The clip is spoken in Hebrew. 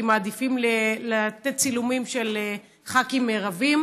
כי מעדיפים לתת צילומים של ח"כים רבים